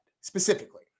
specifically